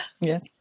Yes